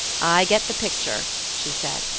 i get the picture! she said.